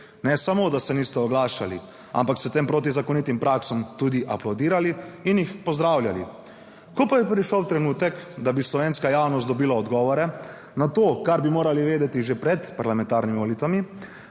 Ne samo, da se niste oglašali, ampak ste tem protizakonitim praksam tudi aplavdirali in jih pozdravljali. Ko pa je prišel trenutek, da bi slovenska javnost dobila odgovore na to, kar bi morali vedeti že pred parlamentarnimi volitvami,